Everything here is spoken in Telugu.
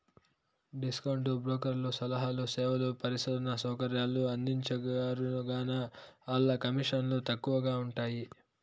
డిస్కౌంటు బ్రోకర్లు సలహాలు, సేవలు, పరిశోధనా సౌకర్యాలు అందించరుగాన, ఆల్ల కమీసన్లు తక్కవగా ఉంటయ్యి